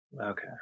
Okay